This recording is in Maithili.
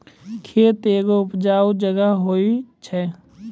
खेत एगो उपजाऊ जगह होय छै